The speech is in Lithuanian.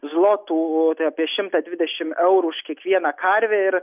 zlotų o tai apie šimtą dvidešim eurų už kiekvieną karvę ir